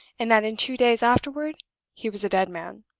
and that in two days afterward he was a dead man.